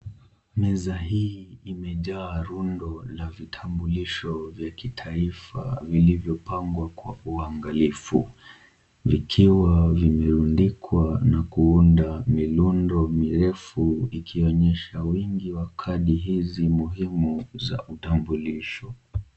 Meza hii imejaa rundo la vitambulisho vya kitaifa vilivyo pangwa kwa uangalifu vikiwa vimerundikwa na kuunda milundo mirefu ikionyesha wingi wa kadi hizi muhimu za utambulisho.